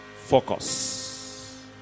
Focus